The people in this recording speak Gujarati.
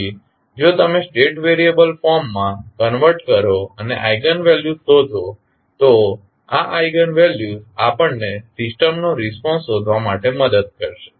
તેથી જો તમે સ્ટેટ વેરિએબલ ફોર્મ માં કન્વર્ટ કરો અને આઇગન વેલ્યુસ શોધો તો આ આઇગન વેલ્યુસ આપણને સિસ્ટમનો રિસ્પોન્સ શોધવા માટે મદદ કરશે